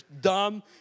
dumb